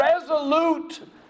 resolute